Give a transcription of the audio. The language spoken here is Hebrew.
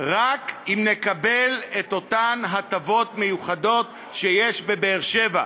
רק אם נקבל את אותן הטבות מיוחדות שיש בבאר-שבע.